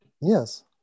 Yes